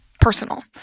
personal